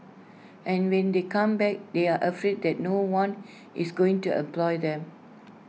and when they come back they are afraid that no one is going to employ them